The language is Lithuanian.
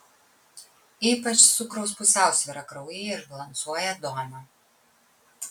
ypač cukraus pusiausvyrą kraujyje išbalansuoja duona